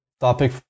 topic